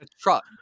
truck